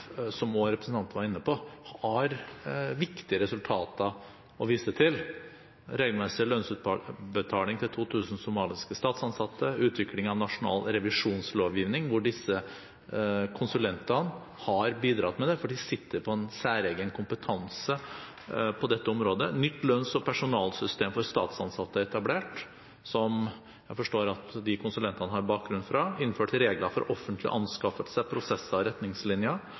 som også representanten var inne på, har viktige resultater å vise til: regelmessige lønnsutbetalinger til 2 000 somaliske statsansatte og utvikling av nasjonal revisjonslovgivning, som disse konsulentene har bidratt til fordi de sitter på en særegen kompetanse på dette området. Videre er nytt lønns- og personalsystem for statsansatte etablert, som jeg forstår at disse konsulentene har bakgrunn fra. Det er innført regler for offentlige anskaffelser, prosesser og retningslinjer,